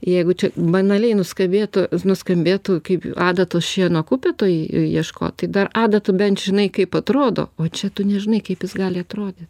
jeigu čia banaliai nuskambėtų nuskambėtų kaip adatos šieno kupetoj ieškot tai dar adata bent žinai kaip atrodo o čia tu nežinai kaip jis gali atrodyt